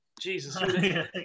Jesus